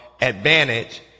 advantage